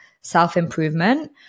self-improvement